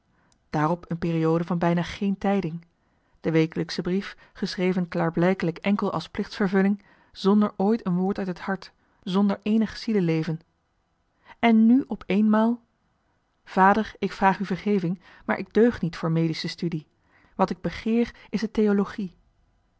daarop een periode van bijna geen tijding de wekelijksche brief geschreven klaarblijkelijk enkel als plichtsvervulling zonder ooit een woord uit het hart zonder eenig zieleleven en nu op eenmaal vader ik vraag u vergeving maar ik deug niet voor medische studie wat ik begeer is de theologie